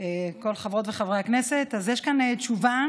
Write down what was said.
כל חברות וחברי הכנסת, יש כאן תשובה